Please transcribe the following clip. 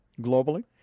Globally